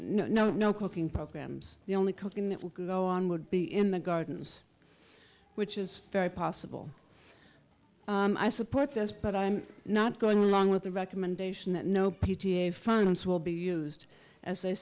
no no no cooking programs the only coaching that will go on would be in the gardens which is very possible i support this but i'm not going along with the recommendation that no p t a funds will be used as i